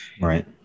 Right